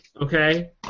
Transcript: okay